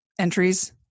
entries